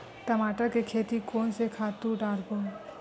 टमाटर के खेती कोन से खातु डारबो?